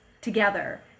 together